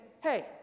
hey